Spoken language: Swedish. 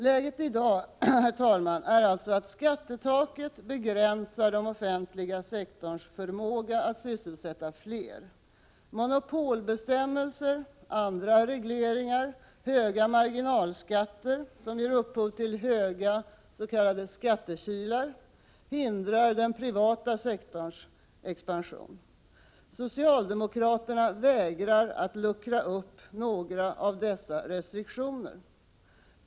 Läget i dag är alltså att skattetaket begränsar den offentliga sektorns förmåga att sysselsätta fler. Monopolbestämmelser, andra regleringar och höga marginalskatter, som ger upphov till stora s.k. skattekilar, hindrar den privata tjänstesektorns expansion. Socialdemokraterna vägrar att luckra upp några av dessa restriktioner.